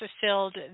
fulfilled